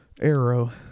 arrow